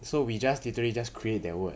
so we just literally just create that word